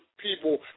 people